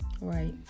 Right